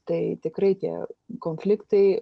tai tikrai tie konfliktai